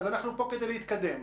אנחנו פה כדי להתקדם.